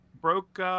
broke